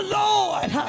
lord